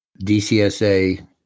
DCSA